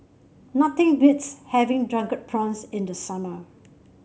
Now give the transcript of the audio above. nothing beats having Drunken Prawns in the summer